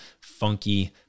funky